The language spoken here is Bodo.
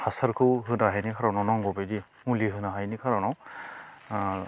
हासारखौ होनो हायिनि खार'नाव नांगौ बायदि मुलि होनोहायिनि खार'नाव ओ